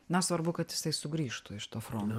na svarbu kad jisai sugrįžtų iš to fronto